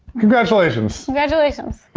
congratulations. congratulations.